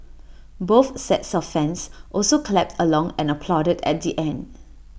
both sets of fans also clapped along and applauded at the end